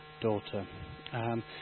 daughter